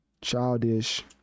Childish